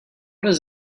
does